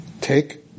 Take